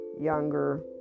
younger